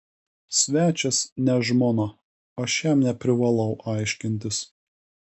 svečias ne žmona aš jam neprivalau aiškintis